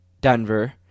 Denver